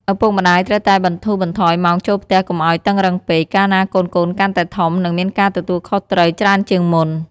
ឪពុកម្តាយត្រូវតែបន្ថូរបន្ថយម៉ោងចូលផ្ទះកុំឱ្យតឹងរឹងពេក កាលណាកូនៗកាន់តែធំ និងមានការទទួលខុសត្រូវច្រើនជាងមុន។